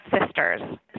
sisters